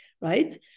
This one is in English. Right